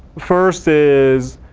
first is,